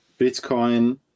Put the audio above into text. Bitcoin